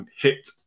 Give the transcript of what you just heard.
hit